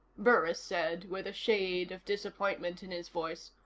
burris said, with a shade of disappointment in his voice,